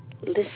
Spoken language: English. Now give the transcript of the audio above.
Listen